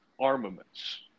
armaments